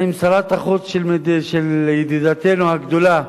של ידידתנו הגדולה.